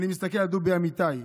אני מסתכל על דובי אמיתי,